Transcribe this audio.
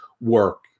work